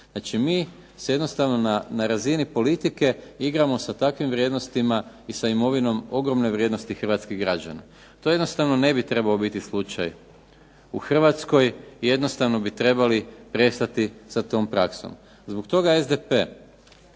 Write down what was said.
Znači, mi se jednostavno na razini politike igramo sa takvim vrijednostima i sa imovinom ogromne vrijednosti hrvatskih građana. To jednostavno ne bi trebao biti slučaj u Hrvatskoj i jednostavno bi trebali prestati sa tom praksom. Zbog toga SDP,